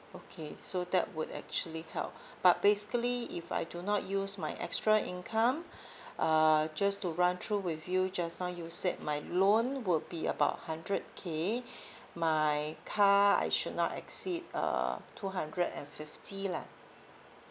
okay so that would actually help but basically if I do not use my extra income uh just to run through with you just now you said my loan would be about hundred K my car I should not exceed uh two hundred and fifty lah